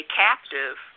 captive